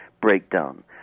breakdown